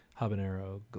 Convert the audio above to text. habanero